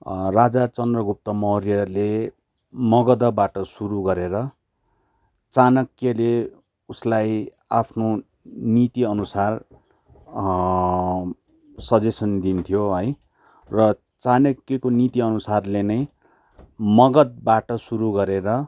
राजा चन्द्रगुप्त मौर्यले मगदबाट सुरु गरेर चाणक्यले उसलाई आफ्नो नीतिअनुसार सजेसन दिन्थ्यो है र चाणक्यको नीतिअनुसारले नै मगदबाट सुरु गरेर